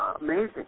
amazing